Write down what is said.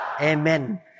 Amen